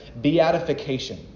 beatification